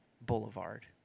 boulevard